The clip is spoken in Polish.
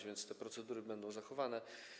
A więc te procedury będą zachowane.